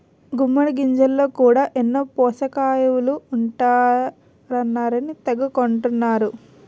గుమ్మిడి గింజల్లో కూడా ఎన్నో పోసకయిలువలు ఉంటాయన్నారని తెగ కొంటన్నరు